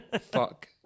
Fuck